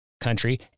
country